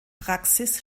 praxis